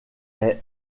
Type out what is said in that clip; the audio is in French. est